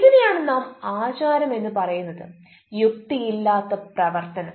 ഇതിനെയാണ് നാം ആചാരം എന്ന് പറയുന്നത് യുക്തി ഇല്ലാത്ത പ്രവർത്തനം